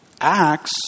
Acts